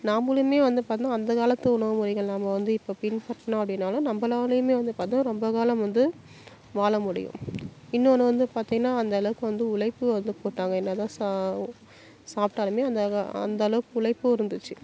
நாமளும் வந்து பார்த்திங்கன்னா அந்த காலத்து உணவு முறைகள் நாம் வந்து இப்போ பின்பற்றினோம் அப்படினாலும் நம்மளாலையுமே வந்து பார்த்தா ரொம்ப காலம் வந்து வாழ முடியும் இன்னொன்று வந்து பார்த்திங்கன்னா அந்தளவுக்கு வந்து உழைப்பு வந்து போட்டாங்க என்னதான் சாப்பிட்டாலுமே அந்த அந்தளவுக்கு உழைப்பும் இருந்துச்சு